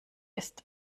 ist